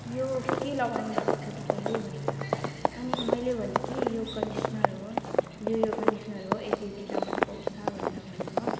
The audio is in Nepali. यो के लगाउनु भएको छ तपाईँले भनेर अनि मैले भनेँ कि यो कन्डिसनर हो यो यो कन्डिसनर हो यति यति दाममा पाउँछ भनेर भन्यो हो